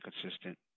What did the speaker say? consistent